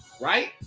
Right